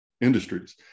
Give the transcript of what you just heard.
industries